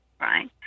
right